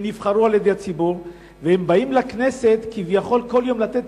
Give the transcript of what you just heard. הם נבחרו על-ידי הציבור והם באים לכנסת כביכול לתת